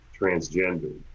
transgender